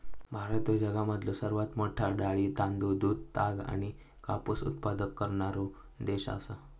भारत ह्यो जगामधलो सर्वात मोठा डाळी, तांदूळ, दूध, ताग आणि कापूस उत्पादक करणारो देश आसा